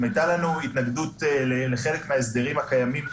אם הייתה לנו התנגדות לחלק מההסדרים הקיימים,